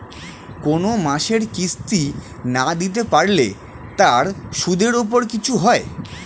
কোন মাসের কিস্তি না দিতে পারলে তার সুদের উপর কিছু হয়?